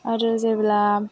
आरो जेब्ला